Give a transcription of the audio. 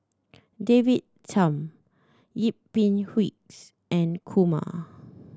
David Tham Yip Pin and Kumar